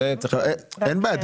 אין בעיה.